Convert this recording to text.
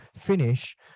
finish